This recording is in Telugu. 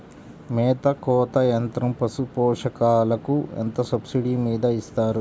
మేత కోత యంత్రం పశుపోషకాలకు ఎంత సబ్సిడీ మీద ఇస్తారు?